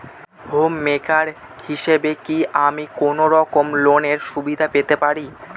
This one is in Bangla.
হোম মেকার হিসেবে কি আমি কোনো রকম লোনের সুবিধা পেতে পারি?